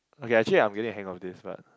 okay actually I'm getting a hang of this but